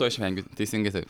to išvengiu teisingai taip